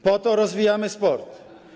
Po to rozwijamy sport.